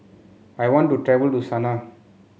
I want to travel to Sanaa